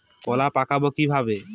কলা পাকাবো কিভাবে?